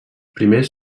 primers